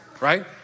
Right